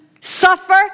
Suffer